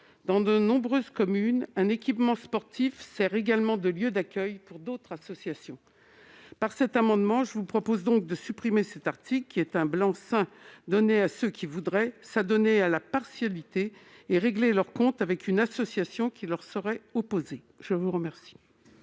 Dans de nombreuses communes, les équipements sportifs servent également de lieu d'accueil pour d'autres associations. Il convient donc de supprimer cet article, qui est un blanc-seing donné à ceux qui voudraient s'adonner à la partialité et régler leurs comptes avec une association qui leur serait opposée. Quel